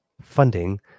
funding